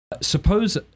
Suppose